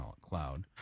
cloud